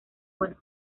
buenos